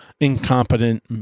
incompetent